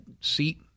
seat